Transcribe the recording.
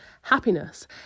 happiness